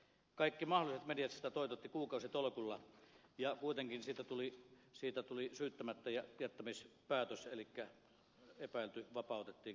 kaikki mahdolliset mediat sitä toitottivat kuukausitolkulla ja kuitenkin siitä tuli syyttämättäjättämispäätös elikkä epäilty vapautettiin kaikista syytteistä